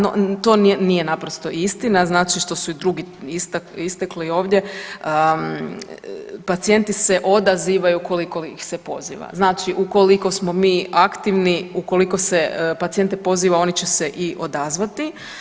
No, to nije, nije naprosto istina, znači što su i drugi istakli ovdje, pacijenti se odazivaju koliko ih se poziva, znači ukoliko smo mi aktivni, ukoliko se pacijente poziva oni će se i odazvati.